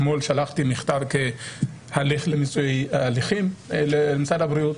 אתמול שלחתי מכתב בבקשה למיצוי הליכים למשרד הבריאות,